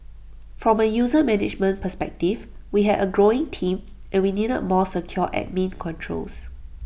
from A user management perspective we had A growing team and we needed A more secure admin controls